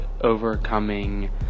overcoming